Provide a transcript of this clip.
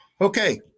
Okay